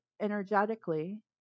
energetically